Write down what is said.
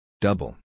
Double